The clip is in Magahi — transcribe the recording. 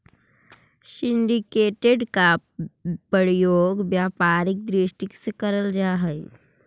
सिंडीकेटेड के प्रयोग व्यापारिक दृष्टि से करल जा हई